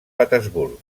petersburg